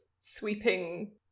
sweeping